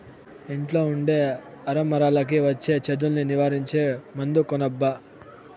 ఇంట్లో ఉండే అరమరలకి వచ్చే చెదల్ని నివారించే మందు కొనబ్బా